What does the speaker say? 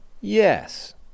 Yes